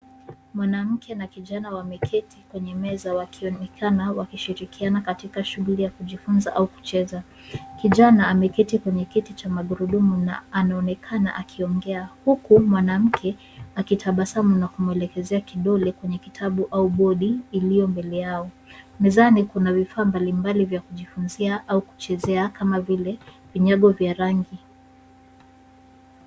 Mwanamke na kijana wameketi kwenye meza wakionekana wakishirikiana katika shughuli ya kujifunza au kucheza. Kijana ameketi kwenye kiti cha magurudumu na anaonekana akiongea huku mwanamke akitabasamu na kumwelekezea kidole kwenye kitabu au bodi iliyo mbele yao. Mezani kuna vifaa mbalimbali vya kujifunzia au kuchezea kama vile vinyago vya rangi.